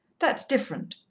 that's different.